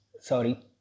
Sorry